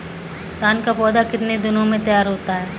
धान का पौधा कितने दिनों में तैयार होता है?